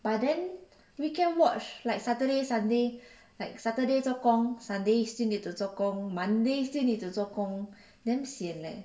but then weekend watch like saturday sunday like saturday 做工 sunday still need to 做工 monday still need to 做工 damn sian leh